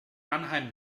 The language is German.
mannheim